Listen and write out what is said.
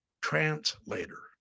translator